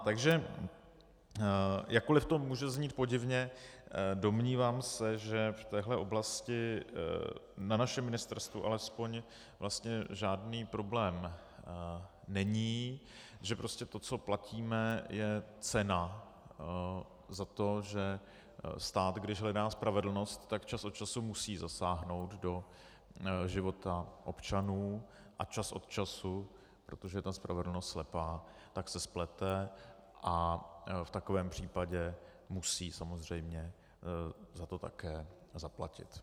Takže jakkoliv to může znít podivně, domnívám se, že v téhle oblasti, na našem ministerstvu alespoň, vlastně žádný problém není, že prostě to, co platíme, je cena za to, že stát, když hledá spravedlnost, tak čas od času musí zasáhnout do života občanů a čas od času, protože ta spravedlnost je slepá, se splete a v takovém případě musí samozřejmě za to také zaplatit.